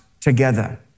together